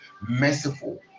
merciful